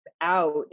out